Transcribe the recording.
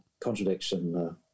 contradiction